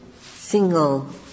single